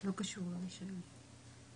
מה הבעיה עם מכשירי האידוי?